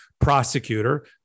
prosecutor